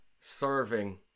serving